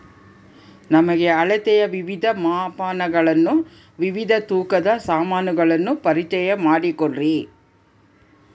ನಮಗೆ ಅಳತೆಯ ವಿವಿಧ ಮಾಪನಗಳನ್ನು ವಿವಿಧ ತೂಕದ ಸಾಮಾನುಗಳನ್ನು ಪರಿಚಯ ಮಾಡಿಕೊಡ್ರಿ?